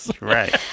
Right